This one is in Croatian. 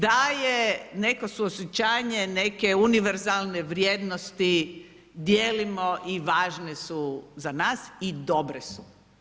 Da je neko suosjećanje neke univerzalne vrijednosti dijelimo i važne su za nas i dobre su.